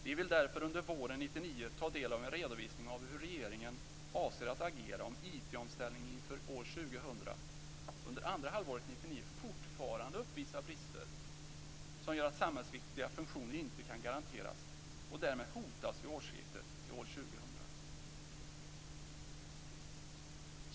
Vi vill därför under våren 1999 ta del av en redovisning av hur regeringen avser att agera om IT-omställningen inför år 2000 under andra halvåret 1999 fortfarande uppvisar brister som gör att samhällsviktiga funktioner inte kan garanteras och därmed hotas vid årsskiftet 1999/2000.